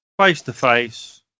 face-to-face